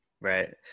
Right